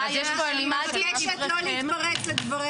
אני מבקשת לא להתפרץ לדבריה.